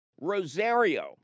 Rosario